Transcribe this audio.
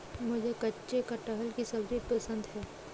मुझे कच्चे कटहल की सब्जी पसंद है